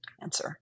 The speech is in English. answer